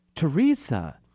Teresa